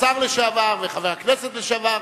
השר לשעבר וחבר הכנסת לשעבר,